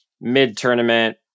mid-tournament